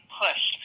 push